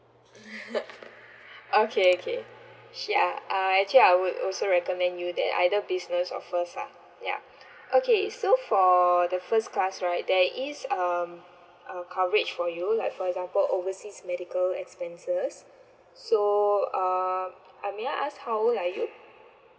okay okay sure uh actually I would also recommend you that either business or first ah yup okay so for the first class right there is um uh coverage for you like for example overseas medical expenses so um uh may I ask how old are you